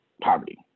Poverty